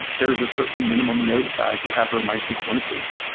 there is a certain minimum node size you have over mysql instance.